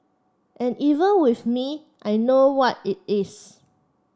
and even with me I know what it is